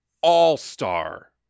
all-star